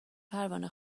پروانه